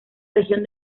región